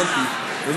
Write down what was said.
מההתחלה אמרנו.